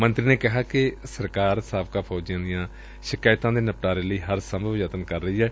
ਮੰਤਰੀ ਨੇ ਕਿਹਾ ਕਿ ਸਰਕਾਰ ਸਾਬਕਾ ਫੌਜੀਆਂ ਦੀਆਂ ਸ਼ਿਕਾਇਤਾਂ ਦੇ ਨਿਪਟਾਰੇ ਲਈ ਹਰ ਸੰਭਵ ਯਤਨ ਕਰ ਰਹੀ ਏ